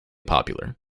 popular